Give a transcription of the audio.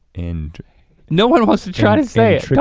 and no one wants to try and say it. yeah